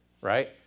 right